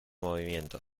movimiento